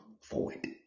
forward